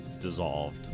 dissolved